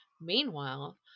Meanwhile